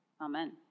Amen